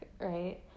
right